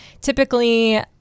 Typically